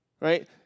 right